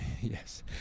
yes